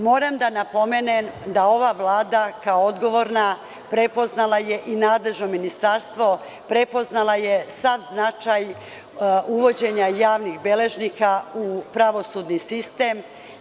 Moram da napomenem da ova Vlada, kao odgovorna, prepoznala je, i nadležno ministarstvo prepoznalo je sav značaj uvođenja javnih beležnika u pravosudni sistem.